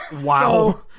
Wow